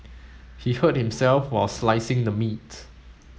he hurt himself while slicing the meat